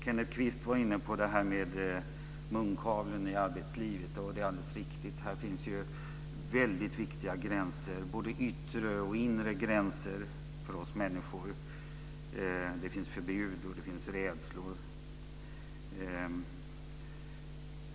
Kenneth Kvist var inne på frågan om munkavlen i arbetslivet. Det är alldeles riktigt att här finns viktiga yttre och inre gränser för oss människor, det finns förbud och det finns rädslor.